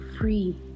free